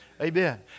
Amen